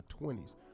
20s